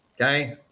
Okay